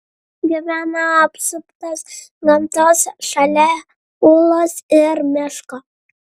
gyveno apsuptas gamtos šalia ūlos ir miško